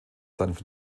von